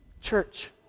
Church